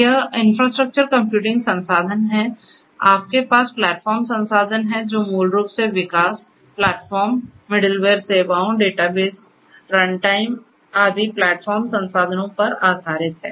यह infrastructure computing संसाधन है आपके पास प्लेटफॉर्म संसाधन है जो मूल रूप से विकास प्लेटफॉर्म मिडलवेयर सेवाओं डेटाबेस रनटाइम आदि प्लेटफॉर्म संसाधनों पर आधारित है